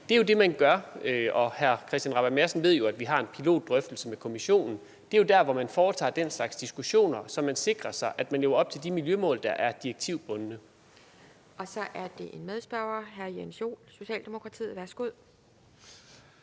Det er det, man gør. Og hr. Christian Rabjerg Madsen ved jo, at vi har en pilotdrøftelse med Kommissionen. Det er der, man har den slags diskussioner, så man sikrer, at vi lever op til de miljømål, der er direktivbundne. Kl. 13:58 Formanden (Pia Kjærsgaard): Så er der en medspørger, hr. Jens Joel, Socialdemokratiet. Værsgo.